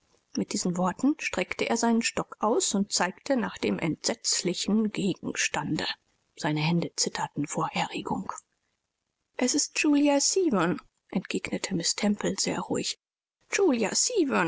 mit diesen worten streckte er seinen stock aus und zeigte nach dem entsetzlichen gegenstande seine hände zitterten vor erregung es ist julia severn entgegnete miß temple sehr ruhig